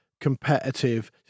competitive